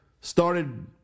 started